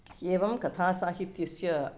एवं कथासाहित्यस्य